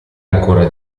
ancora